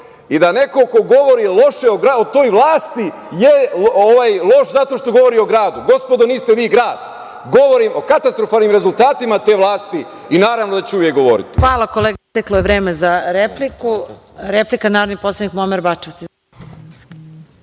i da neko ko govori loše o toj vlasti je loš zato što govori o gradu. Gospodo, niste vi grad. Govorim o katastrofalnim rezultatima te vlasti i naravno da ću uvek govoriti. **Marija Jevđić** Hvala, kolega. Isteklo je vreme za repliku. Replika, narodni poslanik Muamer